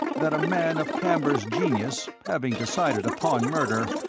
that a man of camber's genius, having decided upon murder,